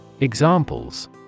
Examples